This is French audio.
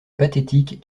pathétique